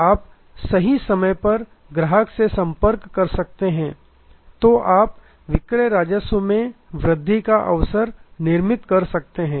इसलिए आप सही समय पर ग्राहक से संपर्क कर सकते हैं तो आप विक्रय राजस्व में वृद्धि का अवसर निर्मित कर सकते हैं